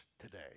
today